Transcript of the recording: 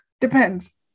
Depends